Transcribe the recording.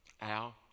Al